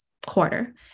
Quarter